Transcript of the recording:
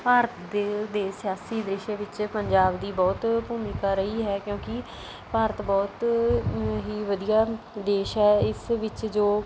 ਭਾਰਤ ਦੇ ਦੇ ਸਿਆਸੀ ਵਿਸ਼ੇ ਵਿੱਚ ਪੰਜਾਬ ਦੀ ਬਹੁਤ ਭੂਮਿਕਾ ਰਹੀ ਹੈ ਕਿਉਂਕਿ ਭਾਰਤ ਬਹੁਤ ਹੀ ਵਧੀਆ ਦੇਸ਼ ਹੈ ਇਸ ਵਿੱਚ ਜੋ